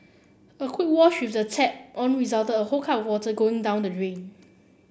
a quick wash with the tap on resulted a whole cup of water going down the rain